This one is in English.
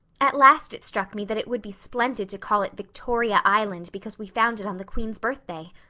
at last it struck me that it would be splendid to call it victoria island because we found it on the queen's birthday.